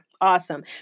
Awesome